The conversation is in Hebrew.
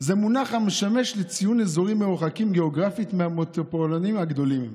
זה מונח המשמש לציון אזורים המרוחקים גיאוגרפית מהמטרופולינים הגדולים,